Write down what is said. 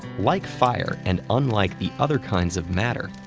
like fire and unlike the other kinds of matter,